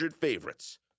favorites